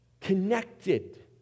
connected